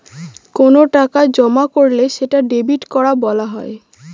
কোনো টাকা জমা করলে সেটা ডেবিট করা বলা হয়